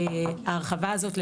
ההרחבה הזאת,